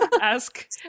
ask